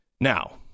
Now